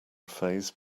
phase